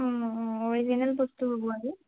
অঁ অঁ অৰিজিনেল বস্তু হ'ব আৰু